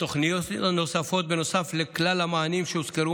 תוכניות נוספות: נוסף לכל המענים שהוזכרו